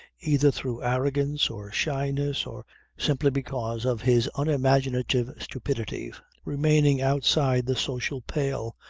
either through arrogance, or shyness, or simply because of his unimaginative stupidity, remaining outside the social pale,